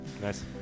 Nice